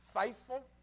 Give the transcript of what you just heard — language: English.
faithful